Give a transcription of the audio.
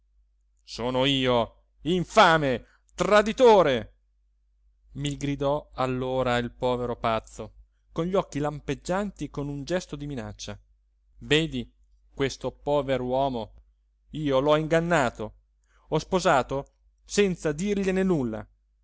sono io infame traditore mi gridò allora il povero pazzo con gli occhi lampeggianti e con un gesto di minaccia vedi questo pover'uomo io l'ho ingannato ho sposato senza dirgliene nulla